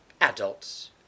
adults